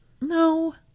No